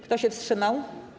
Kto się wstrzymał?